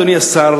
אדוני השר,